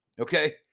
Okay